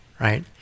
right